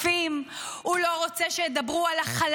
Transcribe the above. הוא לא רוצה שידברו על החטופים,